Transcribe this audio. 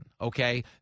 okay